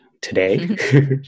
today